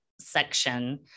section